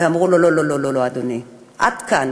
אבל אמרו לו: